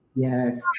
Yes